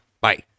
Bye